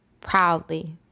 proudly